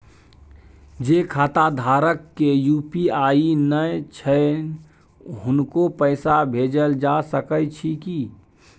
जे खाता धारक के यु.पी.आई नय छैन हुनको पैसा भेजल जा सकै छी कि?